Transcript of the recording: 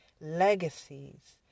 legacies